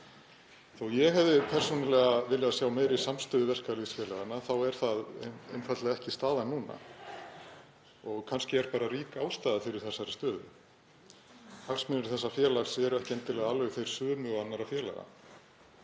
Þótt ég hefði persónulega viljað sjá meiri samstöðu verkalýðsfélaganna þá er það einfaldlega ekki staðan núna og kannski er bara rík ástæða fyrir þessari stöðu. Hagsmunir þessa félags eru ekki endilega alveg þeir sömu og annarra félaga.